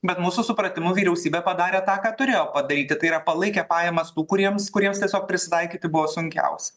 bet mūsų supratimu vyriausybė padarė tą ką turėjo padaryti tai yra palaikė pajamas tų kuriems kuriems tiesiog prisitaikyti buvo sunkiausia